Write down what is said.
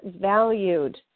valued